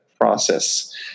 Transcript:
process